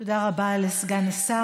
תודה רבה לסגן השר.